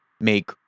make